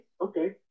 okay